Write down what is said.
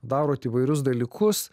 darot įvairius dalykus